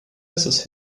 misses